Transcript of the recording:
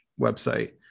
website